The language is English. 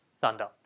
thunder